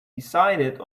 decided